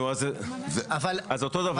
נו אז זה אותו דבר.